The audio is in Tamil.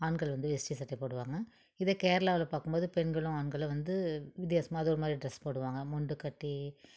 ஆண்கள் வந்து வேஸ்டி சட்டை போடுவாங்க இதே கேரளாவில் பார்க்கும்போது பெண்களும் ஆண்களும் வந்து வித்தியாசமாக அது ஒருமாதிரி ட்ரெஸ் போடுவாங்கள் முண்டுகட்டி